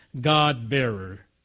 God-bearer